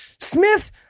Smith